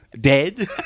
dead